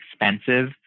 expensive